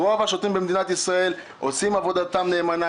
רוב השוטרים במדינת ישראל עושים עבודתם נאמנה,